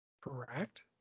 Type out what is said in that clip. Correct